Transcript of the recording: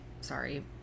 sorry